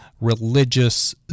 religious